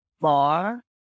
bar